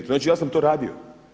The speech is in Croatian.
Znači ja sam to radio.